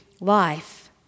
life